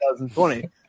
2020